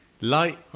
light